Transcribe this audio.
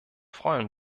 freuen